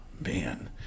man